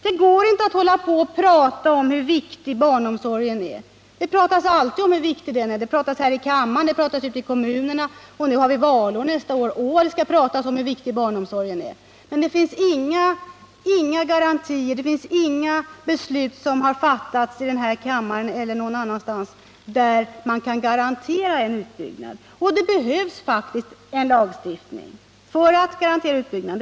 Det går inte att hålla på och prata om hur viktig barnomsorgen är. Det pratas alltid om hur viktig barnomsorgen är. Det pratas här i kammaren, och det pratas ute i kommunerna. Nu har vi val nästa år — o, vad det då skall pratas om hur viktig barnomsorgen är! Det pratas alltså, men det har inte fattats några beslut i den här kammaren eller någon annanstans som garanterar en utbyggnad. Det behövs faktiskt en lagstiftning för att garantera utbyggnaden.